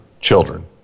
children